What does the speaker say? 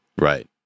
Right